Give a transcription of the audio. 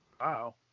Wow